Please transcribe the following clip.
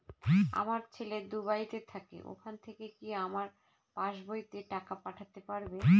আমার ছেলে দুবাইতে থাকে ওখান থেকে কি আমার পাসবইতে টাকা পাঠাতে পারবে?